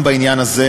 גם בעניין הזה